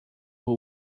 who